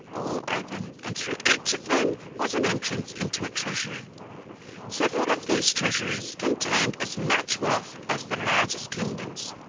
all open, and through each of them was an entrance into a treasury several of these treasuries contained as much wealth as the largest kingdoms.